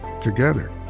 Together